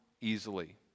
easily